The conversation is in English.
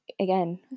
Again